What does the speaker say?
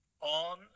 on